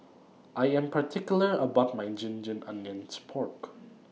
I Am particular about My Ginger Onions Pork